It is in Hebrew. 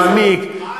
מעמיק,